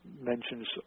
mentions